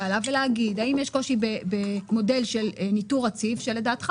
עליו ולהגיד האם יש קושי במודל של ניטור רציף שלדעתך